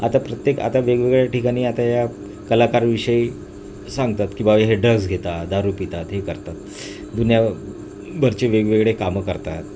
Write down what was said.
आता प्रत्येक आता वेगवेगळ्या ठिकाणी आता या कलाकारविषयी सांगतात की बा हे ड्रग्स घेतात दारू पितात हे करतात दुनियाभरचे वेगवेगळे कामं करतात